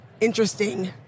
interesting